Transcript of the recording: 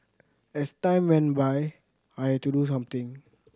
as time went by I had to do something